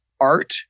art